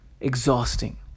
exhausting